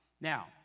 Now